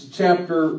chapter